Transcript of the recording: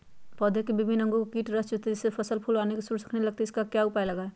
पौधे के विभिन्न अंगों से कीट रस चूसते हैं जिससे फसल फूल आने के पूर्व सूखने लगती है इसका क्या उपाय लगाएं?